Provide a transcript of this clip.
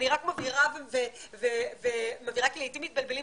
אני רק מבהירה כי לעתים מתבלבלים,